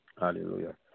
Hallelujah